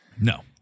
No